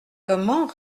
comment